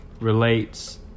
relates